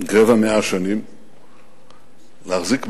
רבע מאה, להחזיק מעמד,